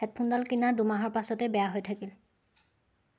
হেডফোনডাল কিনা দুমাহৰ পাছতেই বেয়া হৈ থাকিল